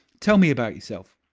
tell me about yourself?